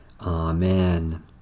Amen